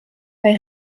bei